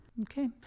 Okay